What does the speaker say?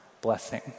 blessing